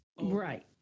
Right